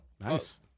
nice